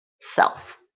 self